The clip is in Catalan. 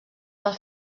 del